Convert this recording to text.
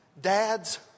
Dads